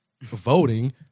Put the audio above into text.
voting